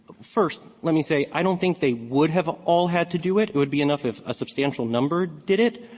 first, let me say i don't think they would have all had to do it. it would be enough if a substantial number did it.